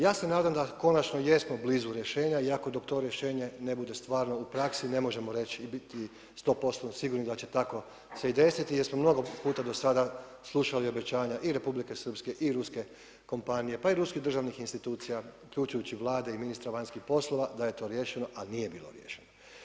Ja se nadam da konačno jesmo blizu rješenja iako do dok to rješenje ne bude stvarno u praksi ne možemo reći i biti 100% sigurni da će tako se i desiti jer smo mnogo puta do sada slušali obećanja i Republike Srpske i ruske kompanije pa i ruskih državnih institucija, uključujući Vlade i ministra vanjskih poslova da je to riješeno, a nije bilo riješeno.